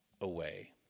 away